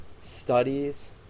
Studies